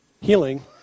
healing